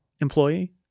employee